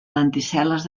lenticel·les